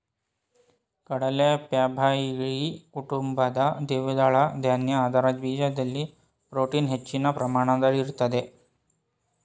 ಕಡಲೆ ಫ್ಯಾಬಾಯ್ಡಿಯಿ ಕುಟುಂಬದ ದ್ವಿದಳ ಧಾನ್ಯ ಅದರ ಬೀಜದಲ್ಲಿ ಪ್ರೋಟೀನ್ ಹೆಚ್ಚಿನ ಪ್ರಮಾಣದಲ್ಲಿರ್ತದೆ